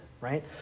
right